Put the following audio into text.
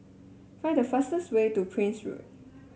find the fastest way to Prince Road